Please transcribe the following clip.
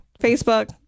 Facebook